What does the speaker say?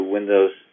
Windows